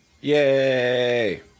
yay